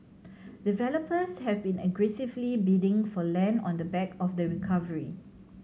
developers have been aggressively bidding for land on the back of the recovery